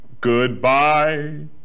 Goodbye